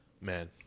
Man